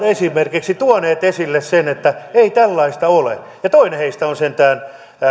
esimerkiksi tuoneet esille sen että ei tällaista ole toinen heistä on sentään